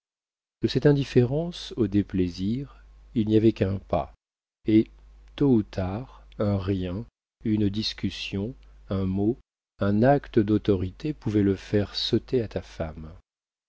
de cette indifférence au déplaisir il n'y avait qu'un pas et tôt ou tard un rien une discussion un mot un acte d'autorité pouvait le faire sauter à ta femme